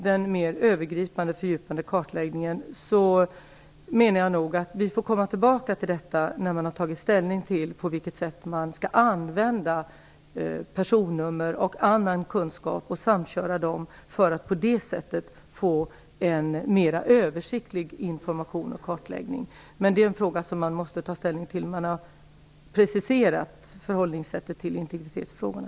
Den mer övergripande och fördjupade kartläggningen menar jag nog att vi får komma tillbaka till när man har tagit ställning till på vilket sätt man skall använda personnummer och annan kunskap, bl.a. i samkörningar, för att på det sättet få en mera översiktlig information och kartläggning. Men det är en fråga som man måste ta ställning till när man har preciserat sättet att förhålla sig till integritetsfrågorna.